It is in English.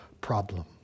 problem